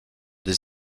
des